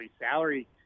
salary